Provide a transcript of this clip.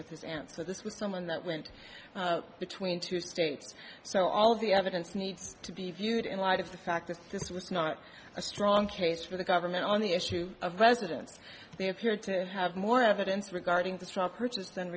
with his aunt so this was someone that went between two states so all of the evidence needs to be viewed in light of the fact that this was not a strong case for the government on the issue of residence they appeared to have more evidence regarding the straw purchase